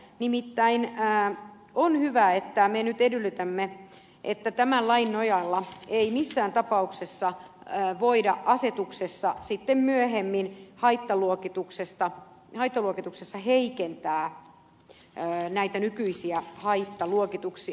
nimittäin on hyvä että me nyt edellytämme että tämän lain nojalla ei missään tapauksessa voida asetuksella haittaluokituksesta sitten myöhemmin heikentää näitä nykyisiä haittaluokituksia